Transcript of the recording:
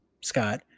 Scott